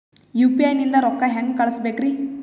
UPI ನಿಂದ ರೊಕ್ಕ ಹೆಂಗ ಕಳಸಬೇಕ್ರಿ?